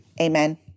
amen